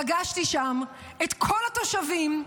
פגשתי שם את כל התושבים,